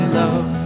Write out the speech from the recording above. love